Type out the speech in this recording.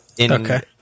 Okay